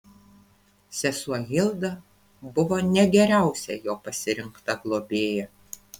sesuo hilda buvo ne geriausia jo pasirinkta globėja